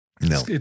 No